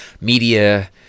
media